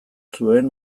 zuen